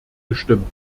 gestimmt